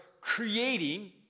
creating